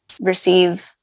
receive